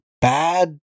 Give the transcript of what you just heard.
bad